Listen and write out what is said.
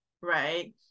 Right